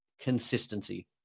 consistency